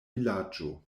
vilaĝo